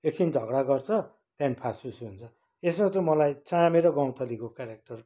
एकछिन झगडा गर्छ त्यहाँदेखि फासफुसै हुन्छ यसमा चाहिँ मलाई चामे र गौँथलीको केरेक्टर